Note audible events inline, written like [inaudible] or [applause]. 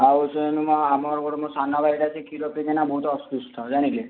ଆଉ ସେ [unintelligible] ଆମର ଗୋଟେ ମୋ ସାନ ଭାଇଟା କ୍ଷୀର ପିଇକିନା ବହୁତ ଅସୁସ୍ଥ ଜାଣିଲେ